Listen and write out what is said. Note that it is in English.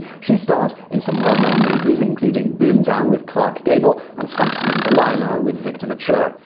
she starred in some well known movies including boom town with clark gable and samson and delilah with victor mature.